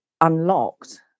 unlocked